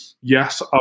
Yes